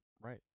Right